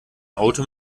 auto